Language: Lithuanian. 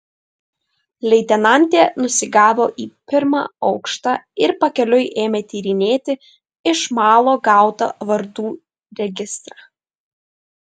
leitenantė nusigavo į pirmą aukštą ir pakeliui ėmė tyrinėti iš malo gautą vardų registrą